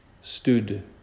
stood